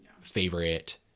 favorite